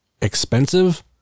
expensive